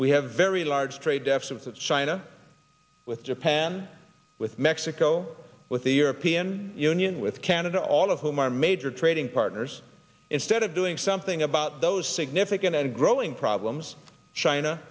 we have very large trade deficit with china with japan with mexico with the european union with canada all of whom our major trading partners instead of doing something about those significant and growing problems china